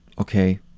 okay